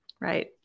Right